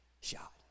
shot